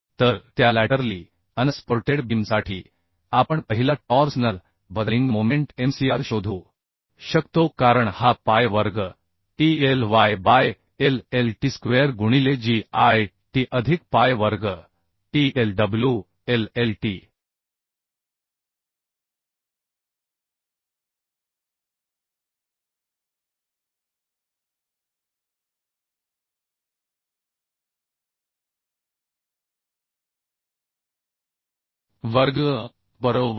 तर त्या laterally unsupported बीमसाठी आपण पहिला टॉर्सनल बकलिंग मोमेंट mcr शोधू शकतो कारण हा pi वर्ग E Iyबाय LLt स्क्वेअर गुणिले git अधिक pi वर्ग EIw LLt वर्ग बरोबर